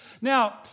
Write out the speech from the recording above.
Now